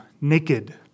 naked